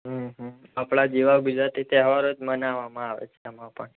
હં હં આપણા જેવા ગુજરાતી તહેવારો જ મનાવવામાં આવે છે એમાં પણ